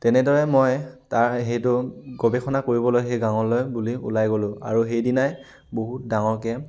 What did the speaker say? তেনেদৰে মই তাৰ সেইটো গৱেষণা কৰিবলৈ সেই গাঁৱলৈ বুলি ওলাই গ'লো আৰু সেইদিনাই বহুত ডাঙৰকে